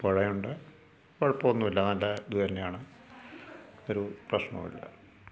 പുഴയുണ്ട് കുഴപ്പമൊന്നുമില്ല നല്ല ഇത് തന്നെയാണ് ഒരു പ്രശ്നവുമില്ല